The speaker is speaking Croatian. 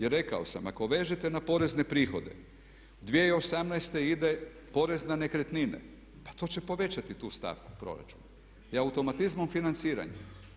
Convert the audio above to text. I rekao sam ako vežete na porezne prihode 2018. ide porez na nekretnine, pa to će povećati tu stavku u proračunu i automatizmom financiranje.